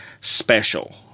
special